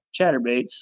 chatterbaits